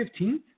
15th